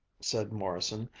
said morrison,